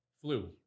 flu